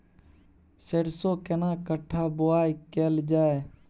सरसो केना कट्ठा बुआई कैल जाय?